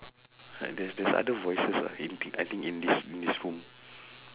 like there's there's other voices ah in th~ I think in this in this room